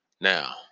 Now